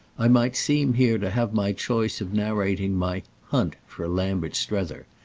i might seem here to have my choice of narrating my hunt for lambert strether,